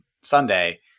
Sunday